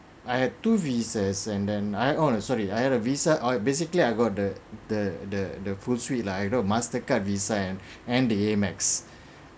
I had two visas and then I oh no sorry I had a visa oh I basically I got the the the the full sweet lah you know mastercard visa and and the amex